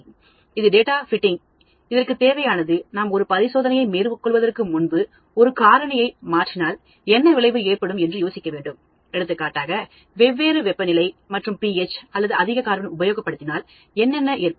இது data fitting இதற்கு தேவையானது நாம் ஒரு பரிசோதனையை மேற்கொள்வதற்கு முன்பு ஒரு காரணியை மாற்றினால் என்ன விளைவு ஏற்படும் என்று யோசிக்க வேண்டும் எடுத்துக்காட்டாக வெவ்வேறு வெப்பநிலை மற்றும் pH அல்லது அதிக கார்பன் உபயோகப்படுத்தினால் என்னென்ன ஏற்படும்